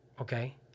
okay